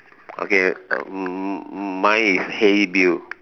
okay m~ mine is hey Bill